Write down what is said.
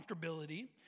comfortability